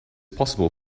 possible